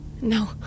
no